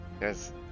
Yes